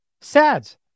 SADS